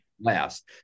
last